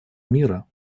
мира